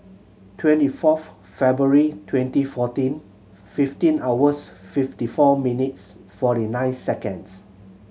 twenty fourth February twenty fourteen fifteen hours fifty four minutes forty nine seconds